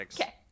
Okay